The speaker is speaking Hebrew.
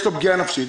יש לו פגיעה נפשית.